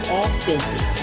authentic